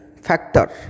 factor